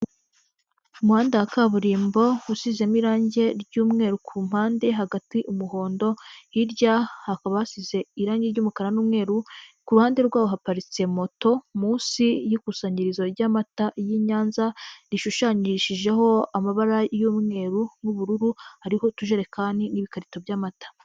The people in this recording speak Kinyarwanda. Umuhanda wa kaburimbo usizemo irange ry'umweru ku mpande, hagati umuhondo, hirya hakaba hasize irangi ry'umukara n'umweru, ku ruhande rwaho haparitse moto, munsi y'ikusanyirizo ry'amata y'i Nyanza, rishushanyishijeho amabara y'umweru n'ubururu, hariho Utujerekani n'ibikarito by'amata.